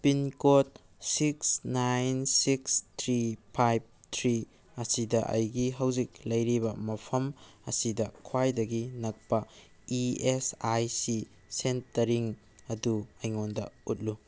pincode six nine six three five three ꯑꯁꯤꯗ ꯑꯩꯒꯤ ꯍꯧꯖꯤꯛ ꯂꯩꯔꯤꯕ ꯃꯐꯝ ꯑꯁꯤꯗ ꯈ꯭ꯋꯥꯏꯗꯒꯤ ꯅꯛꯄ ꯏ ꯑꯦꯁ ꯑꯥꯏ ꯁꯤ ꯁꯦꯟꯇꯔꯁꯤꯡ ꯑꯗꯨ ꯑꯩꯉꯣꯟꯗ ꯎꯠꯂꯨ